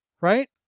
right